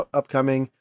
upcoming